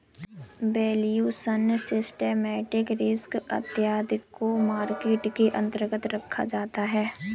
valuation, systematic risk इत्यादि को market के अंतर्गत रखा जाता है